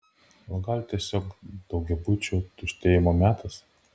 o gal tiesiog daugiabučių tuštėjimo metas